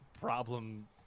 problem